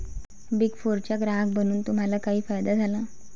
Big फोरचा ग्राहक बनून तुम्हाला काही फायदा झाला?